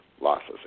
losses